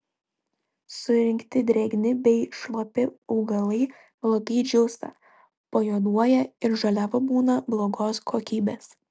surinkti drėgni bei šlapi augalai blogai džiūsta pajuoduoja ir žaliava būna blogos kokybės